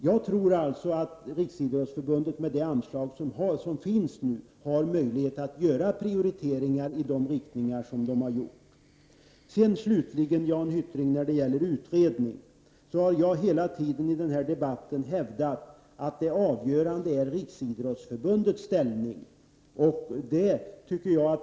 Jag tror alltså att Riksidrottsförbundet med det anslag som nu ges har möjlighet att göra prioriteringar i de riktningar som angetts. Slutligen, Jan Hyttring, när det gäller frågan om en utredning så har jag hela tiden i den här debatten hävdat att det avgörande är Riksidrottsförbundets inställning.